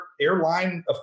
airline